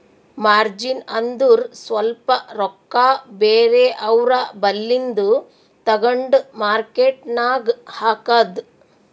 margin ಅಂದುರ್ ಸ್ವಲ್ಪ ರೊಕ್ಕಾ ಬೇರೆ ಅವ್ರ ಬಲ್ಲಿಂದು ತಗೊಂಡ್ ಮಾರ್ಕೇಟ್ ನಾಗ್ ಹಾಕದ್